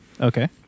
okay